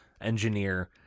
engineer